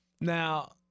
Now